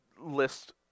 list